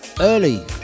early